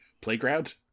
playground